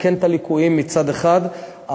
לעבוד אתם ידנית.